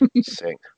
sing